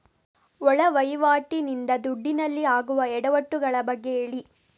ಒಳ ವಹಿವಾಟಿ ನಿಂದ ದುಡ್ಡಿನಲ್ಲಿ ಆಗುವ ಎಡವಟ್ಟು ಗಳ ಬಗ್ಗೆ ಹೇಳಿ